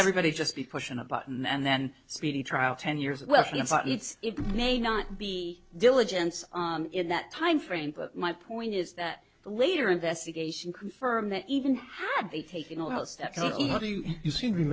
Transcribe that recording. everybody just be pushing a button and then speedy trial ten years well it's it may not be diligence in that timeframe but my point is that the later investigation confirm that even had they taken notes that you seem to be